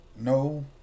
no